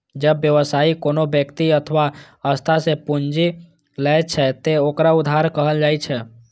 जब व्यवसायी कोनो व्यक्ति अथवा संस्था सं पूंजी लै छै, ते ओकरा उधार कहल जाइ छै